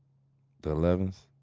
the eleven s.